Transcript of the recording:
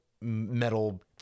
metal